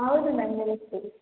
ಹೌದು ಮ್ಯಾಮ್ ನಿಲ್ಲಿಸ್ತೀವಿ